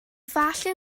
falle